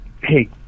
hey